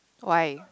why